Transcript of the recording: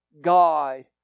God